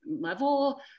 level